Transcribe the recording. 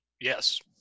Yes